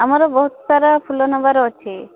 ଆମର ବହୁତ ସାରା ଫୁଲ ନେବାର ଅଛି